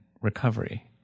recovery